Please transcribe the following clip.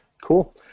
Cool